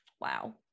Wow